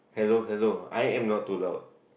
hello hello I am not too loud